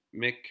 Mick